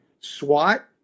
SWAT